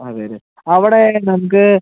അതെ അതെ അവിടെ നമുക്ക്